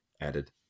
added